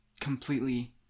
completely